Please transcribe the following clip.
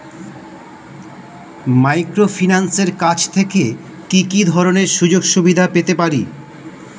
মাইক্রোফিন্যান্সের কাছ থেকে কি কি ধরনের সুযোগসুবিধা পেতে পারি?